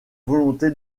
volonté